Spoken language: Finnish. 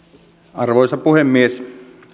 arvoisa puhemies